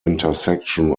intersection